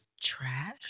trash